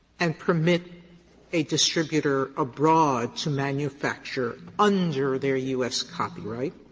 and permit a distributor abroad to manufacture under their u s. copyright